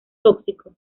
tóxico